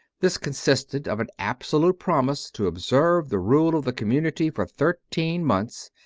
this con sisted of an absolute promise to observe the rule of the community for thirteen months,